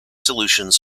solutions